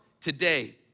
today